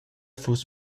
fuss